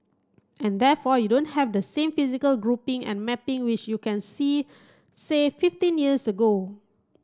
and therefore you don't have the same physical grouping and mapping which you can see say fifteen years ago